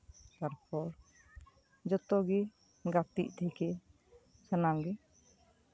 ᱛᱟᱨᱯᱚᱨ ᱡᱚᱛᱚᱜᱮ ᱜᱟᱛᱮᱜ ᱛᱷᱮᱠᱮ ᱥᱟᱱᱟᱢᱜᱮ